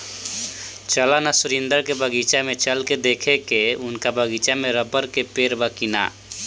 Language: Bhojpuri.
चल ना सुरेंद्र के बगीचा में चल के देखेके की उनका बगीचा में रबड़ के पेड़ बा की ना